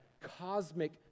cosmic